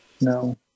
No